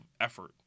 effort